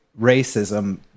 racism